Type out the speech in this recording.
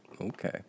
Okay